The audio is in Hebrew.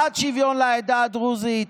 בעד שוויון לעדה הדרוזית,